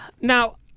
Now